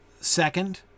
Second